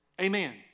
Amen